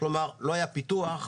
כלומר לא היה פיתוח,